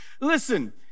listen